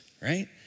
right